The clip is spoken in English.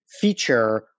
feature